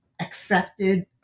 accepted